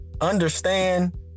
understand